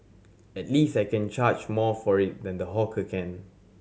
at least I can charge more for it than the hawker can